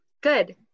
Good